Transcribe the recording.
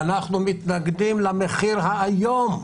ואנחנו מתנגדים למחיר האיום,